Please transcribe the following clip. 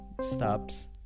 stops